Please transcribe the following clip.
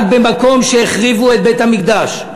רק במקום שהחריבו את בית-המקדש,